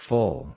Full